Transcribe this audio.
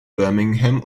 birmingham